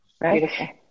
Right